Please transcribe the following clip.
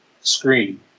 screen